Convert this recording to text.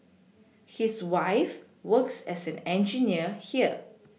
his wife works as an engineer here